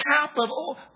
capital